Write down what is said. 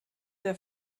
der